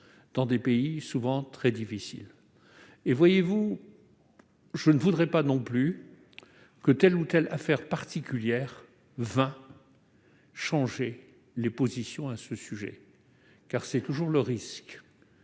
dans des pays souvent très difficiles. Je ne voudrais pas non plus que telle ou telle affaire particulière vînt changer les positions à ce sujet, car c'est toujours le risque.